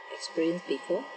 experienced before